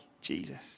Jesus